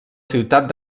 ciutat